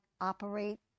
operate